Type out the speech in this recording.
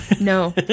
No